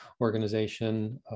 Organization